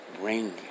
Bring